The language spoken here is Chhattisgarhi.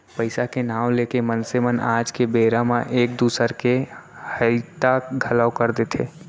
पइसा के नांव लेके मनसे मन आज के बेरा म एक दूसर के हइता घलौ कर देथे